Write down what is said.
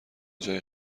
جای